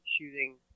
shooting